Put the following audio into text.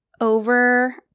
over